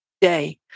day